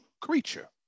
creature